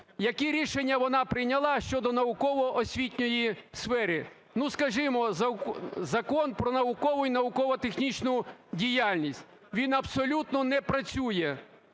які рішення вона прийняла щодо науково-освітньої сфери. Ну, скажімо, Закон "Про наукову і науково-технічну діяльність", він абсолютно не працює,